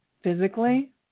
physically